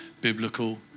biblical